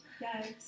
Yes